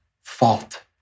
fault